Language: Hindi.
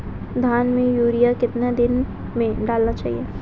धान में यूरिया कितने दिन में डालना चाहिए?